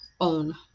own